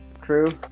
crew